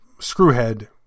Screwhead